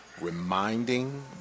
reminding